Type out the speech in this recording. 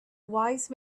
wise